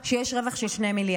יש רווח של 2 מיליארד.